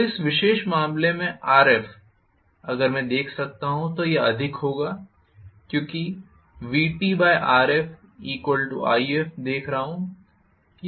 तो इस विशेष मामले में Rf अगर मैं देख सकता हूं तो यह अधिक होगा क्योंकि मैं VtRfIf देख रहा हूँ यह छोटा है